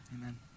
amen